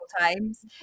times